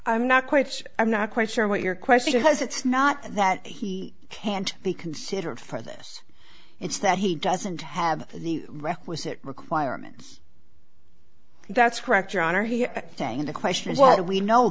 i'm not quite so i'm not quite sure what your question was it's not that he can't be considered for this it's that he doesn't have the requisite requirements that's correct your honor he thing the question is whether we know